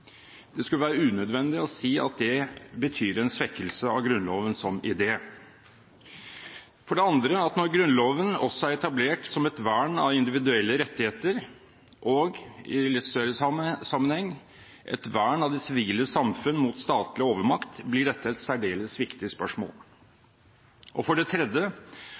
Det skulle være unødvendig å si at det betyr en svekkelse av Grunnloven som idé. For det andre: Når Grunnloven også er etablert som et vern av individuelle rettigheter og i litt større sammenheng et vern av det sivile samfunn mot statlig overmakt, blir dette et særdeles viktig spørsmål. Og for det tredje